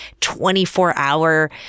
24-hour